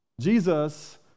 Jesus